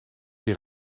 weer